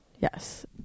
Yes